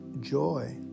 joy